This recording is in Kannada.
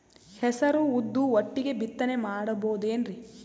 ಹೆಸರು ಉದ್ದು ಒಟ್ಟಿಗೆ ಬಿತ್ತನೆ ಮಾಡಬೋದೇನ್ರಿ?